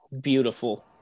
beautiful